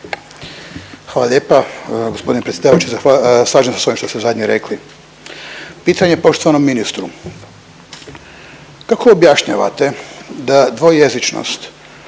Hvala lijepa. Gospodine predsjedavajući zahva… slažem se s ovim što ste zadnje rekli. Pitanje poštovanom ministru, kako objašnjavate da dvojezičnost